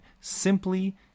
simply